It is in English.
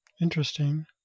Interesting